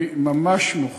אני ממש מוחה,